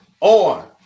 on